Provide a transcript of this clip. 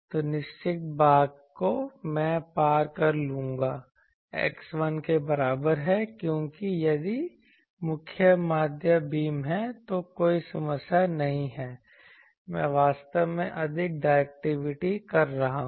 तो निश्चित भाग को मैं पार कर लूंगा x 1 के बराबर है क्योंकि यदि मुख्य माध्य बीम है तो कोई समस्या नहीं है मैं वास्तव में अधिक डायरेक्टिविटी कर रहा हूं